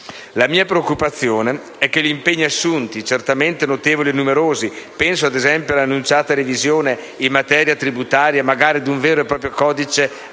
La mia preoccupazione è che gli impegni assunti, certamente notevoli e numerosi - penso, ad esempio, all'annunciata revisione in materia tributaria, magari ad un vero e proprio codice